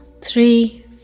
three